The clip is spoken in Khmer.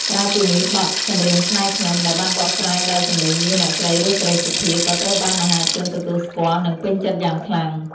ក្រៅពីនេះ បទ "ចម្រៀងស្នេហ៍ខ្ញុំ" ដែលបានបកស្រាយដោយសំឡេងមាសអ្នកស្រី រស់ សេរីសុទ្ធា ក៏ត្រូវបានមហាជនទទួលស្គាល់ និងពេញចិត្តយ៉ាងខ្លាំង។